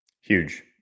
Huge